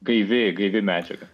gaivi gaivi medžiaga